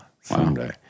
someday